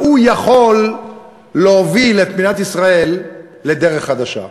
והוא יכול להוביל את מדינת ישראל לדרך חדשה.